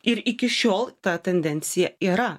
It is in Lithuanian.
ir iki šiol ta tendencija yra